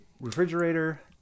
refrigerator